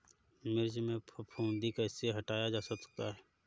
मिर्च में फफूंदी कैसे हटाया जा सकता है?